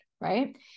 right